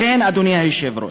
לכן, אדוני היושב-ראש,